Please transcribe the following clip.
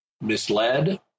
misled